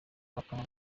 bakaba